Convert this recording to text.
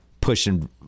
pushing